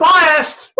Biased